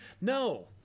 no